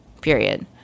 period